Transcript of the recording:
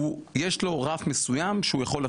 יש לו רף מסוים שהוא יכול להתחיל,